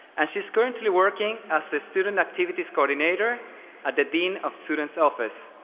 and she's currently working as the student activities coordinator at the dean of students office,